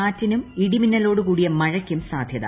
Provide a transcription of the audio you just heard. കാറ്റിനും ഇടിമിന്നലോട് കൂടിയ മഴയ്ക്കും സാധൃത